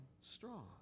strong